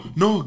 no